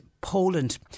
Poland